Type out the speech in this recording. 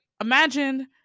imagine